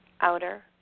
outer